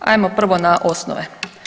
Hajmo prvo na osnove.